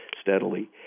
steadily